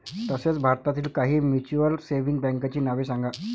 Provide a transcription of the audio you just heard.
तसेच भारतातील काही म्युच्युअल सेव्हिंग बँकांची नावे सांगा